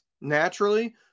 naturally